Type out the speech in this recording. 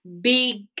big